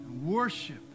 worship